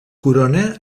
corona